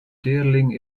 teerling